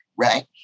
right